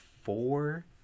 four